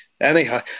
Anyhow